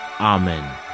Amen